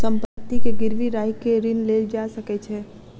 संपत्ति के गिरवी राइख के ऋण लेल जा सकै छै